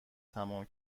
تمام